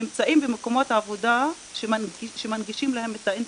נמצאים במקומות עבודה שמנגישים להם את האינטרנט,